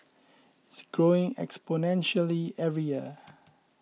it's growing exponentially every year